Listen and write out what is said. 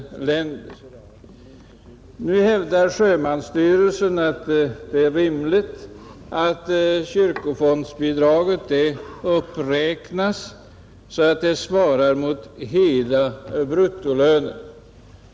Nu hävdar sjömansvårdsstyrelsen att det är rimligt att kyrkofondsbidraget uppräknas så att det svarar mot hela bruttolönen för prästerna.